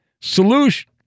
solution